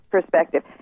perspective